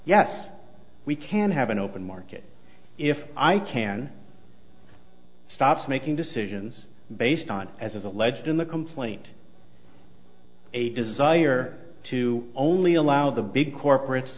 yes we can have an open market if i can stop making decisions based on as is alleged in the complaint a desire to only allow the big corporate